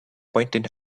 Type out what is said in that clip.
pointed